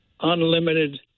unlimited